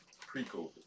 Pre-COVID